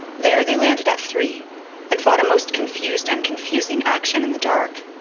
there they landed at three and fought a most confused and confusing action in the dark.